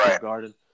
Garden